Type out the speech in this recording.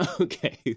Okay